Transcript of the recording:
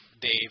Dave